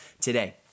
today